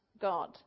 God